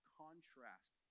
contrast